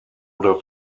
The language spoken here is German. oder